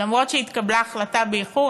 אתה עולה לענות על הצעת החוק,